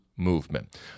movement